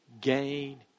gain